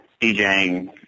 DJing